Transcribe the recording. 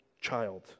child